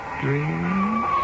dreams